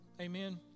amen